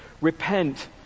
Repent